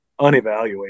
unevaluated